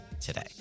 today